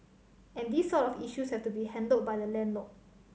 and these sort of issues have to be handled by the landlord